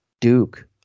Duke